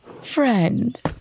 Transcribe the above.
Friend